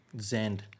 zen